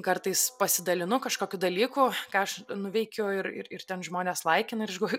kartais pasidalinu kažkokiu dalyku ką aš nuveikiu ir ir ir ten žmonės laikina ir aš galvoju